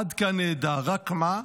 עד כאן נהדר, רק מה?